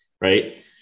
right